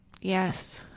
yes